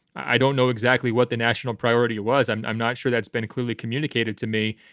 i don't know exactly what the national priority was. i'm i'm not sure that's been clearly communicated to me.